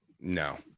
no